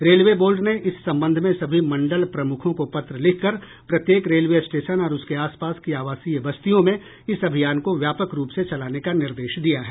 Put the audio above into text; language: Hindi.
रेलवे बोर्ड ने इस संबंध में सभी मंडल प्रमुखों को पत्र लिख कर प्रत्येक रेलवे स्टेशन और उसके आसपास की आवासीय बस्तियों में इस अभियान को व्यापक रूप से चलाने का निर्देश दिया है